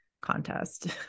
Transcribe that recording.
contest